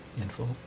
Info